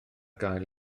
gael